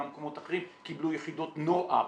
גם במקומות אחרים קיבלו יחידות נוער,